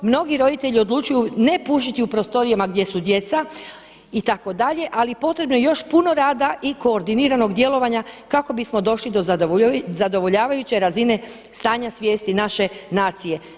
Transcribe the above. Mnogi roditelji odlučuju ne pušiti u prostorijama gdje su djeca itd., ali potrebno je još puno rada i koordiniranog djelovanja kako bismo došli do zadovoljavajuće razine stanja svijesti naše nacije.